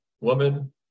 woman